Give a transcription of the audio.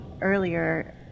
earlier